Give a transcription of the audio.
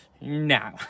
No